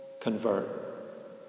convert